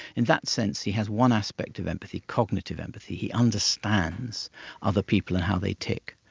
in that sense he has one aspect of empathy, cognitive empathy. he understands other people and how they tick.